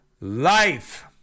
life